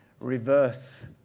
reverse